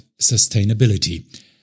sustainability